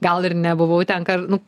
gal ir nebuvau ten kad nu